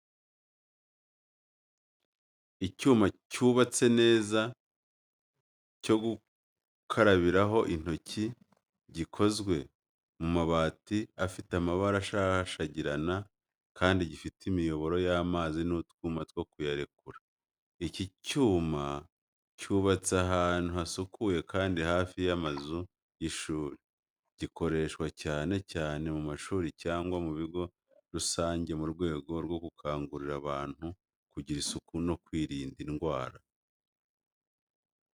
Icyuma cyubatse neza cyo gukarabiraho intoki, gikozwe mu mabati afite amabara ashashagirana kandi gifite imiyoboro y’amazi n’utwuma two kuyarekura. Iki cyuma cyubatse ahantu hasukuye kandi hafi y’amazu y’ishuri. Gikoreshwa cyane cyane mu mashuri cyangwa mu bigo rusange mu rwego rwo gukangurira abantu kugira isuku no kwirinda indwara.